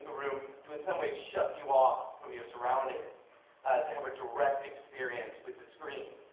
room to in some ways shut you off from your surroundings to have a direct experience with the screen.